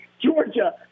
Georgia